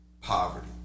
poverty